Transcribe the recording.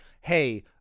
hey